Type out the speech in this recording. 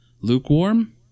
Lukewarm